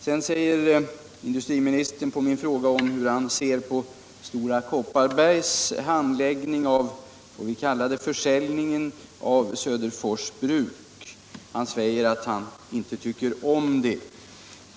På min fråga hur industriministern bedömer Stora Kopparbergs handläggning av, låt oss kalla det försäljningen av Söderfors Bruk, svarar han att han inte tycker om den.